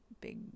big